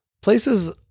places